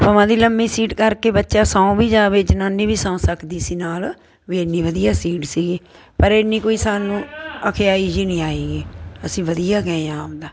ਭਾਵੇਂ ਦੀ ਲੰਮੀ ਸੀਟ ਕਰਕੇ ਬੱਚਾ ਸੌਂ ਵੀ ਜਾਵੇ ਜਨਾਨੀ ਵੀ ਸੌਂ ਸਕਦੀ ਸੀ ਨਾਲ ਵੀ ਇੰਨੀ ਵਧੀਆ ਸੀਟ ਸੀਗੀ ਪਰ ਇੰਨੀ ਕੋਈ ਸਾਨੂੰ ਔਖਿਆਈ ਜਿਹੀ ਨਹੀਂ ਆਈ ਗੀ ਅਸੀਂ ਵਧੀਆ ਗਏ ਹਾਂ ਆਪਣਾ